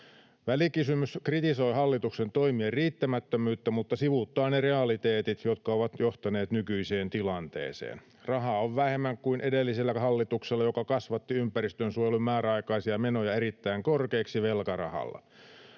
Välikysymys kritisoi hallituksen toimien riittämättömyyttä mutta sivuuttaa ne realiteetit, jotka ovat johtaneet nykyiseen tilanteeseen. Rahaa on vähemmän kuin edellisellä hallituksella, joka kasvatti ympäristönsuojelun määräaikaisia menoja erittäin korkeiksi velkarahalla.